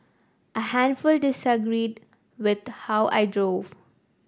a handful disagreed with how I drove